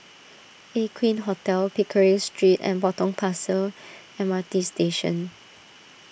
Aqueen Hotel Pickering Street and Potong Pasir M R T Station